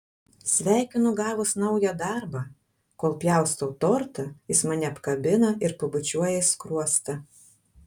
sveikinu gavus naują darbą kol pjaustau tortą jis mane apkabina ir pabučiuoja į skruostą